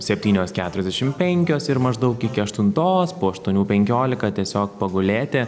septynios keturiasdešim penkios ir maždaug iki aštuntos po aštuonių penkiolika tiesiog pagulėti